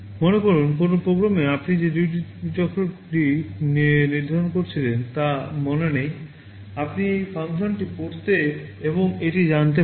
মনে করুন কোনও প্রোগ্রামে আপনি যে ডিউটি চক্রটি নির্ধারণ করেছিলেন তা মনে নেই আপনি এই ফাংশনটি পড়তে এবং এটি জানতে পারেন